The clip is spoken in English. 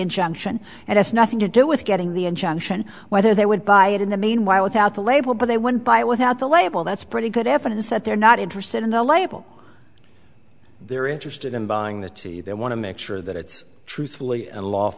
injunction it has nothing to do with getting the injunction whether they would buy it in the meanwhile without the label but they went by without the label that's pretty good evidence that they're not interested in the label they're interested in buying the two they want to make sure that it's truthfully